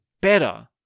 better